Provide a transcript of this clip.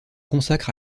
consacre